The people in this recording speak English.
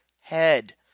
head